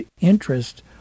interest